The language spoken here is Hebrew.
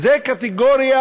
זו קטגוריה,